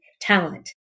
talent